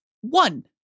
one